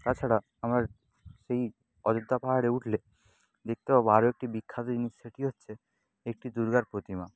তাছাড়া আমার সেই অয্যোধ্যা পাহাড়ে উঠলে দেখতে পাবো আরো একটি বিখ্যাত জিনিস সেটি হচ্ছে একটি দুর্গার প্রতিমা